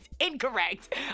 incorrect